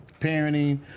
parenting